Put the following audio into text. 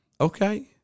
Okay